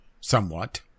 somewhat